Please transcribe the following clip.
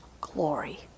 glory